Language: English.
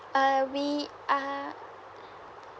uh we are